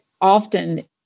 often